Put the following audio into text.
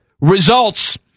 Results